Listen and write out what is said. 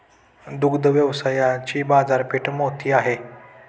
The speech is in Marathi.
दुग्ध व्यवसायाची बाजारपेठ मोठी आहे